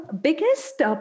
biggest